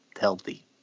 healthy